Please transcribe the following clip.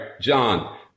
John